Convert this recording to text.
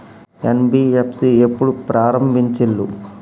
NBFC ఎప్పుడు ప్రారంభించిల్లు?